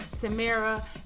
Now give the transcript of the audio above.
Tamara